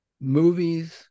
movies